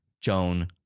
Joan